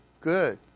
Good